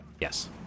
Yes